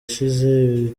ishize